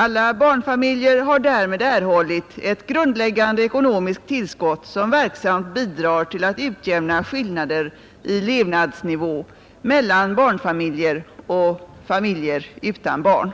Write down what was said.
Alla barnfamiljer har därmed erhållit ett grundläggande ekonomiskt tillskott, som verksamt bidrar till att utjämna skillnader i levnadsnivå mellan barnfamiljer och familjer utan barn,